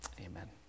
amen